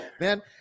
man